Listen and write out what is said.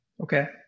okay